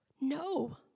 no